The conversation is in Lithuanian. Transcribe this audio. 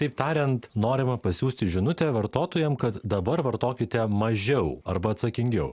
taip tariant norima pasiųsti žinutę vartotojam kad dabar vartokite mažiau arba atsakingiau